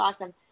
awesome